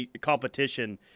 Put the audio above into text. competition